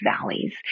valleys